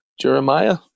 Jeremiah